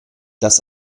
das